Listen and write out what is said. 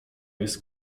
jest